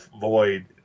void